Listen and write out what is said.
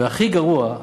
והכי גרוע,